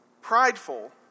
prideful